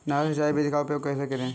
नहर सिंचाई विधि का उपयोग कैसे करें?